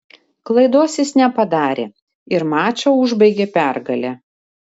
klaidos jis nepadarė ir mačą užbaigė pergale